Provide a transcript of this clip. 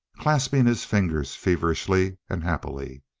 clasping his fingers feverishly and happily.